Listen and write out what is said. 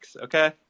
okay